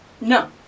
No